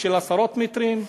של עשרות מטרים,